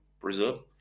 Brazil